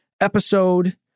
episode